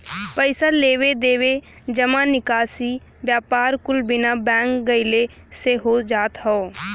पइसा लेवे देवे, जमा निकासी, व्यापार कुल बिना बैंक गइले से हो जात हौ